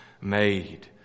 made